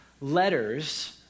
letters